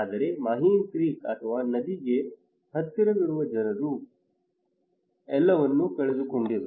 ಆದರೆ ಮಾಹಿಮ್ ಕ್ರೀಕ್ ಅಥವಾ ನದಿಗೆ ಹತ್ತಿರವಿರುವ ಜನರು ಎಲ್ಲವನ್ನೂ ಕಳೆದುಕೊಂಡರು